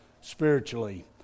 spiritually